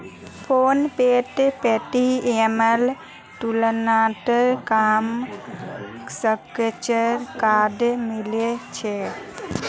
फोनपेत पेटीएमेर तुलनात कम स्क्रैच कार्ड मिल छेक